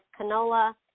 canola